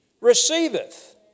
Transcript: receiveth